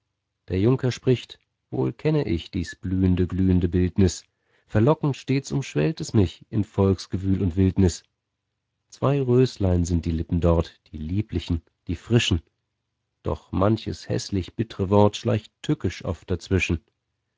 der junker spricht wohl kenne ich dies blühende glühende bildnis verlockend stets umschwebt es mich in volksgewühl und wildnis zwei röslein sind die lippen dort die lieblichen die frischen doch manches häßlich bittre wort schleicht tückisch oft dazwischen